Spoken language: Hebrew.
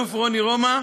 האלוף רוני נומה,